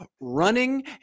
Running